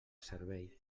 servei